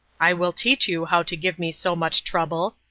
i will teach you how to give me so much trouble,